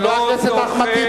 חבר הכנסת אחמד טיבי.